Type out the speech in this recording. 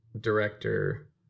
director